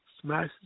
Smash